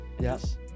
Yes